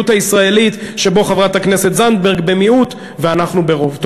הישראלית שבו חברת הכנסת זנדברג במיעוט ואנחנו ברוב.